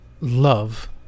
love